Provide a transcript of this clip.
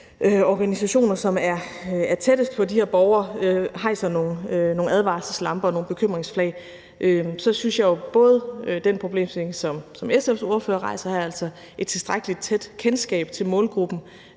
de organisationer, som er tættest på de her borgere, tænder for advarselslamperne og hejser nogle bekymringsflag. Så synes jeg jo, at den problemstilling, som SF's ordfører rejser her – altså et tilstrækkelig tæt kendskab til målgruppen